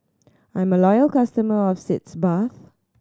I'm a loyal customer of Sitz Bath